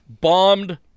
bombed